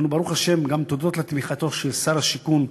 אנחנו, ברוך השם, גם תודות לתמיכתו של שר השיכון,